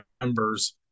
members